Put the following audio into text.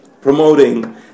promoting